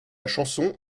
chanson